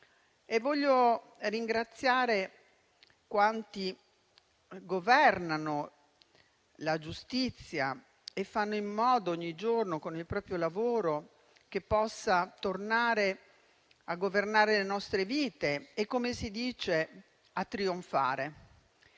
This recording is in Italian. Voglio ringraziare quanti governano la giustizia e fanno in modo ogni giorno, con il proprio lavoro, che possa tornare a governare le nostre vite e - come si dice - a trionfare.